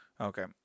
okay